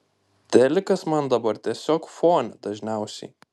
telikas man dabar tiesiog fone dažniausiai